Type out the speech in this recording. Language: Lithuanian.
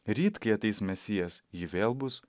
ryt kai ateis mesijas ji vėl bus